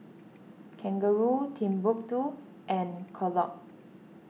Kangaroo Timbuk two and Kellogg